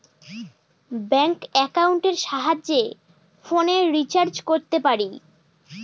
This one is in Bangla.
ব্যাঙ্ক একাউন্টের সাহায্যে ফোনের রিচার্জ করতে পারি